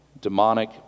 demonic